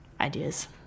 ideas